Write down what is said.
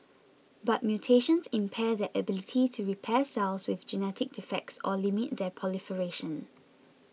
but mutations impair their ability to repair cells with genetic defects or limit their proliferation